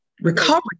recovery